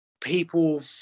people